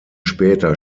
später